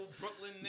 Brooklyn